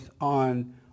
on